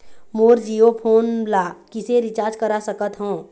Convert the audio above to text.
मोर Jio phone ला किसे recharge करा सकत हवं?